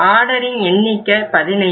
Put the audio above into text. ஆர்டரின் எண்ணிக்கை 15